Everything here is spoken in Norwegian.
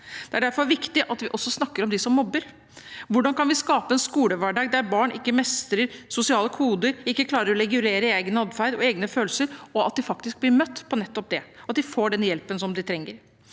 Det er derfor viktig at vi også snakker om dem som mobber, om hvordan vi kan skape en skolehverdag der barn som ikke mestrer sosiale koder og ikke klarer å regulere egen atferd og egne følelser, faktisk blir møtt på nettopp det og får den hjelpen de trenger.